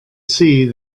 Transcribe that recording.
see